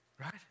Right